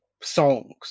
songs